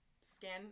skin